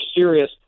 serious